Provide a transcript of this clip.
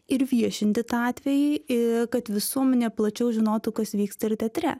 ir viešinti tą atvejį kad visuomenė plačiau žinotų kas vyksta ir teatre